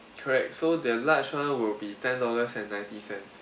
correct so the large [one] will be ten dollars and ninety cents